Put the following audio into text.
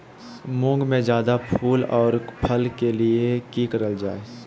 मुंग में जायदा फूल और फल के लिए की करल जाय?